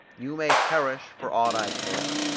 you may perish for aught i care,